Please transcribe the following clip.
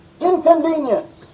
inconvenience